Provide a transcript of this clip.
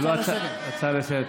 זו לא הצעת חוק, הצעה לסדר-היום.